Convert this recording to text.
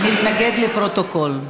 מתנגד, לפרוטוקול.